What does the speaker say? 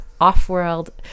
off-world